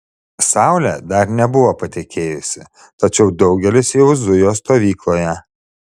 saulė dar nebuvo patekėjusi tačiau daugelis jau zujo stovykloje